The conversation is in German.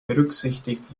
berücksichtigt